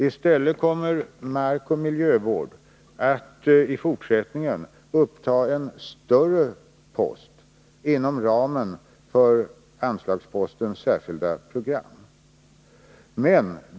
I stället kommer markoch miljövården att i fortsättningen uppta en större post inom ramen för anslagsposten Särskilda program.